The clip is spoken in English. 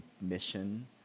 mission